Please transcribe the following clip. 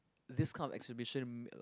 this kind of exhibition